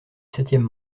septième